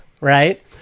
right